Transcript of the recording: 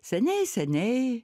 seniai seniai